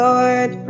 Lord